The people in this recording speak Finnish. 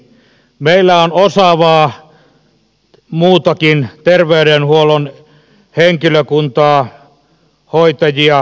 meillä on muutakin osaavaa terveydenhuollon henkilökuntaa erilaisia hoitajia